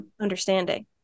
understanding